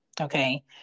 Okay